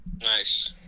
nice